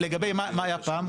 לגבי מה היה פעם